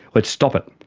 let's stop it,